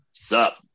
sup